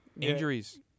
Injuries